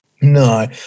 No